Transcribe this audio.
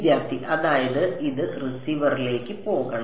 വിദ്യാർത്ഥി അതായത് ഇത് റിസീവറിലേക്ക് പോകണം